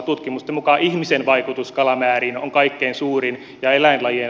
tutkimusten mukaan ihmisen vaikutus kalamääriin on kaikkein suurin ja eläinlajien